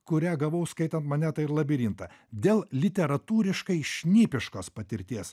kurią gavau skaitant monetą ir labirintą dėl literatūriškai šnipiškos patirties